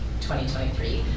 2023